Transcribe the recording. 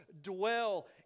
dwell